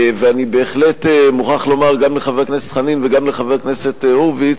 ואני בהחלט מוכרח לומר גם לחבר הכנסת חנין וגם לחבר הכנסת הורוביץ,